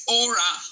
aura